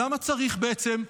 למה צריך בעצם?